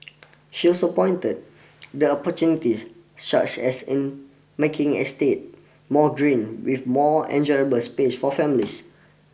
she also pointed the opportunities such as in making estate more green with more enjoyable space for families